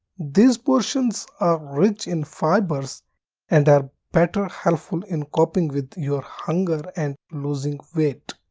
these portions are rich in fibers and are better helpful in coping with your hunger and losing weight.